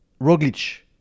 Roglic